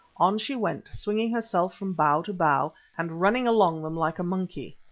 on she went, swinging herself from bough to bough, and running along them like a monkey.